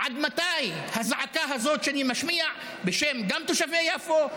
עד מתי הזעקה הזאת שאני משמיע, גם בשם תושבי יפו,